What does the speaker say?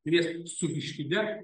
pilies su vištide